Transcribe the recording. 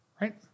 right